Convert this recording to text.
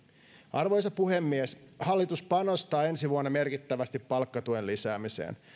arvoisa puhemies hallitus panostaa ensi vuonna merkittävästi palkkatuen lisäämiseen